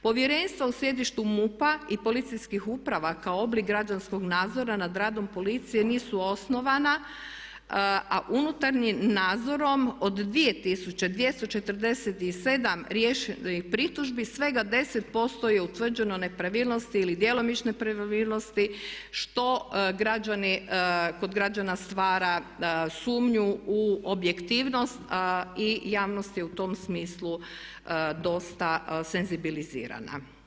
Povjerenstvo u sjedištu MUP-a i policijskih uprava kao oblik građanskog nadzora nad radom policije nisu osnovana a unutarnjim nadzorom od 2247 riješenih pritužbi svega 10% je utvrđeno nepravilnosti ili djelomične nepravilnosti što kod građana stvara sumnju u objektivnost i javnost je u tom smislu dosta senzibilizirana.